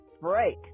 break